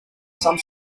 some